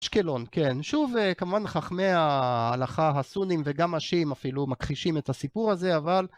אשקלון, כן. שוב, כמובן חכמי ההלכה, הסונים וגם השיעים אפילו, מכחישים את הסיפור הזה, אבל...